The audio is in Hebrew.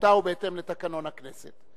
לסמכותה ובהתאם לתקנון הכנסת.